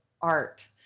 art